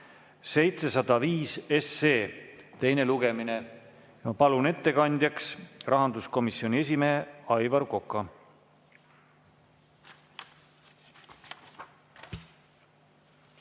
705 teine lugemine. Ma palun ettekandjaks rahanduskomisjoni esimehe Aivar Koka.